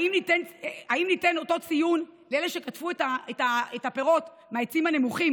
האם ניתן לאלה שקטפו את הפירות מהעצים הנמוכים